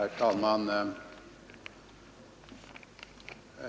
Herr talman!